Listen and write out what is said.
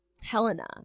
Helena